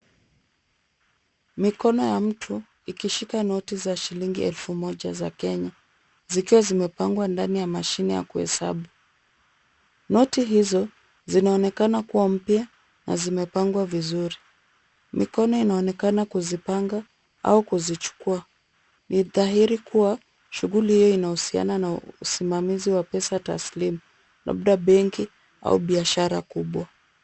Mikono ya mtu Ikishika noti za shilingi elfu moja za Kenya, zikiwa zimepangwa ndani ya mashine ya kuesabu, noti hizo zinaonekana kuwa mpya na zimepangwa vizuri, mikono inaonekana kuzipanga au kuzichukua ni dhahiri kuwa shughuli hiyo inahusiana na usimamizi na pesa taslimu labda benki au biashara kubwa.